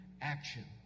action